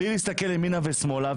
בלי להסתכל ימינה ושמאלה,